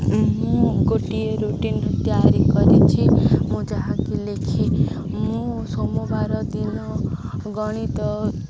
ମୁଁ ଗୋଟିଏ ରୁଟିନ୍ ତିଆରି କରିଛି ମୁଁ ଯାହାକି ଲେଖେ ମୁଁ ସୋମବାର ଦିନ ଗଣିତ